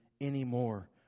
anymore